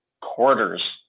quarters